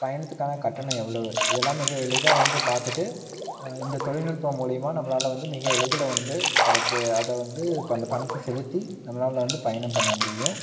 பயணத்துக்கான கட்டணம் எவ்வளவு இதெல்லாம் மிக எளிதாக வந்து பார்த்துட்டு இந்த தொழில்நுட்பம் மூலிமா நம்மளால் வந்து மிக எளிதில் வந்து அதை பெ அதை வந்து இப்போ அந்த பணத்தை செலுத்தி நம்மளால் வந்து பயணம் பண்ண முடியும்